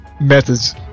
methods